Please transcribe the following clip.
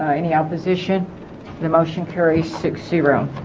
any opposition the motion carries six zero